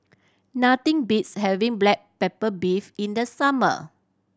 nothing beats having black pepper beef in the summer